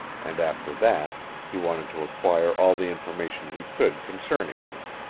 and after that he wanted to acquire all the information he could concerning her.